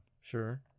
Sure